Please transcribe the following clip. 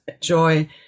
joy